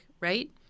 right